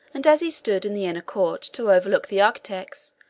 and as he stood in the inner court to overlook the architects,